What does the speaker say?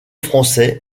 français